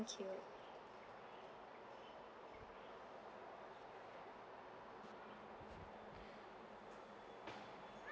thank you